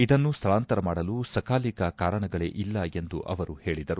ಇದನ್ನು ಸ್ಥಳಾಂತರ ಮಾಡಲು ಸಕಾಲಿಕ ಕಾರಣಗಳೆ ಇಲ್ಲ ಎಂದು ಅವರು ಹೇಳಿದರು